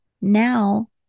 now